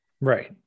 Right